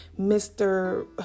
Mr